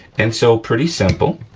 and so, pretty simple,